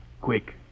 Quick